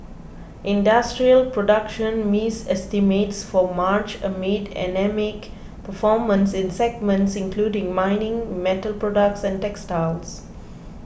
industrial production missed estimates for March amid anaemic performance in segments including mining metal products and textiles